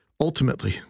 ultimately